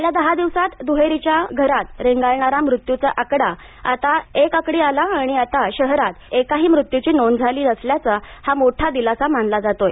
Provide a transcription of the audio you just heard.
गेल्या दहा दिवसात द्रेरीच्या घरात रेंगाळणारा मृत्यूचा आकडा आता एक आकडी आला आणि आज शहरात एकही मृत्यूची नोंद झाली नसल्यानं हा मोठा दिलासा मानला जातोय